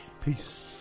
Peace